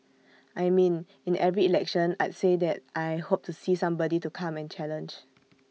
I mean in every election I'd say that I hope to see somebody to come and challenge